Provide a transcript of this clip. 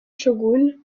shogun